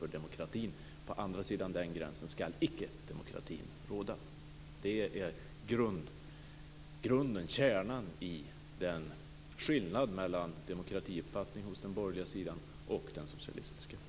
På den andra sidan av den gränsen skall demokratin inte råda. Det är grunden, kärnan i skillnaden mellan den borgerliga sidan och den socialistiska sidan i demokratiuppfattningen.